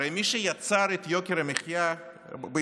הרי מי שיצרו את יוקר המחיה בישראל